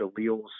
alleles